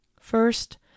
First